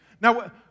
Now